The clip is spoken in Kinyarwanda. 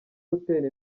gutera